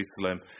Jerusalem